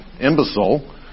imbecile